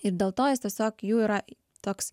ir dėl to jis tiesiog jų yra toks